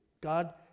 God